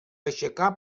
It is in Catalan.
aixecà